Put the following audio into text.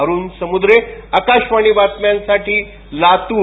अरुण समुद्रे आकाशवाणी बातम्यांसाठी लातूर